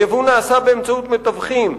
הייבוא נעשה באמצעות מתווכים,